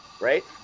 Right